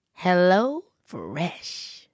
HelloFresh